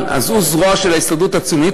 עשו זרוע של ההסתדרות הציונית,